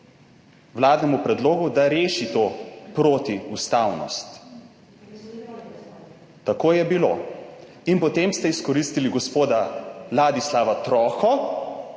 vladnemu predlogu, da reši to protiustavnost. Tako je bilo. Potem ste izkoristili gospoda Ladislava Troho,